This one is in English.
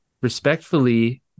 Respectfully